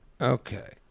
Okay